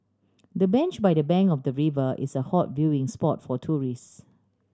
the bench by the bank of the river is a hot viewing spot for tourists